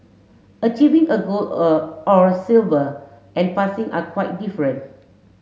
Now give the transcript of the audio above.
achieving a gold a or silver and passing are quite different